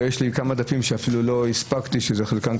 יש לי עוד כמה דברים שלא הספקתי להביא,